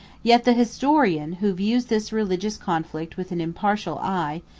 yet the historian, who views this religious conflict with an impartial eye,